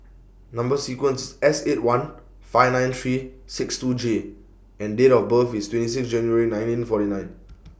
Number sequence S eight one five nine three six two J and Date of birth IS twenty six January nineteen forty nine